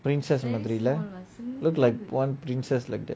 princess மாதிரில:maathirila looked like one princess like that